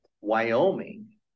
Wyoming